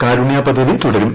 കാരുണ്യ പദ്ധതി തുടരും